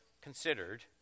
considered